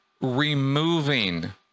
removing